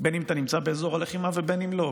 בין שאתה נמצא באזור הלחימה ובין שלא,